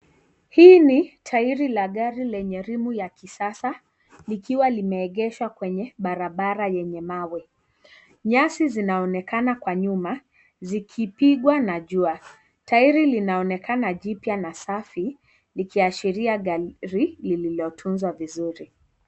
Hii ni tairi la gari lenye rimu ya kisasa likiwa limeegeshwa kwenye barabara yenye mawe. Nyasi zinaonekana kwa nyuma zikipigwa na jua. Tairi linaonekana jipya na safi likiashiria gari lililotunzwa vizuri.